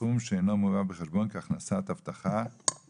(סכום שאינו מובא בחשבון כהכנסה הבטחת